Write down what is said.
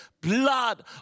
blood